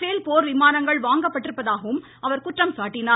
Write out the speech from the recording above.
பேல் போர் விமானங்கள் வாங்கப்பட்டிருப்பதாகவும் அவர் குற்றம் சாட்டினார்